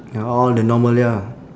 all the normal ya